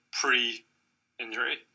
pre-injury